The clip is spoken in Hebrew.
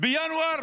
בינואר